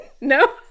no